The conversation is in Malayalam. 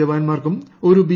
ജവാന്മാർക്കും ഒരു ബി